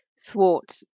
thwart